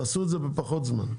ותעשו את זה בפחות זמן.